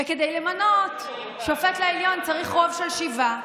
וכדי למנות שופט לעליון צריך רוב של שבעה,